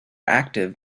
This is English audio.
active